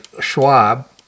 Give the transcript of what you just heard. schwab